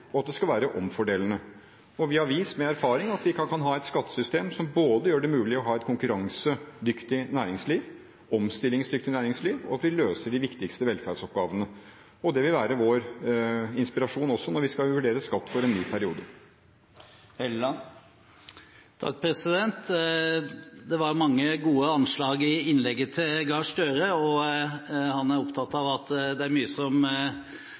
investeringer, at det skal være rettferdig, og at det skal være omfordelende. Vi har vist, med erfaring, at vi kan ha et skattesystem som gjør det mulig å ha et konkurransedyktig og et omstillingsdyktig næringsliv, og at vi løser de viktigste velferdsoppgavene. Det vil være vår inspirasjon også når vi skal vurdere skatt for en ny periode. Det var mange gode anslag i innlegget til Gahr Støre. Han er opptatt av at det er mye som